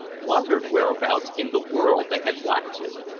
wondered whereabouts in the world they had got to.